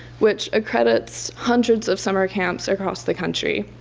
which accredits hundreds of summer camps across the country.